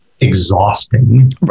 exhausting